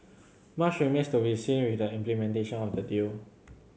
much remains to be seen with the implementation of the deal